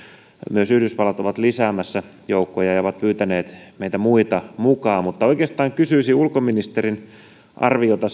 myös yhdysvallat on lisäämässä joukkoja ja on pyytänyt meitä muita mukaan oikeastaan kysyisin ulkoministerin arviota